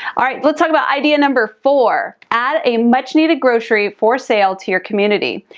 all right, let's talk about idea number four, add a much-needed grocery for sale to your community.